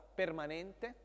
permanente